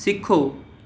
ਸਿੱਖੋ